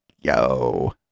yo